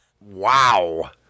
Wow